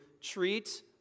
treat